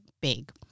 big